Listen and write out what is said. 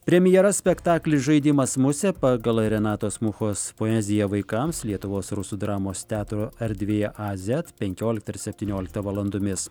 premjera spektaklis žaidimas musė pagal renatos muchos poeziją vaikams lietuvos rusų dramos teatro erdvėje a z penkioliktą ir septynioliktą valandomis